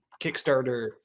Kickstarter